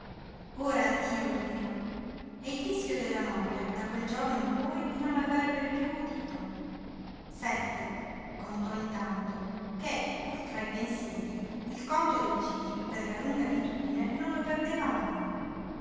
ora addio riro e il fischio della nòria da quel giorno in poi non l'avrebbe piú udito sette contò intanto ché pur tra i pensieri il conto dei giri per la lunga abitudine non lo perdeva mai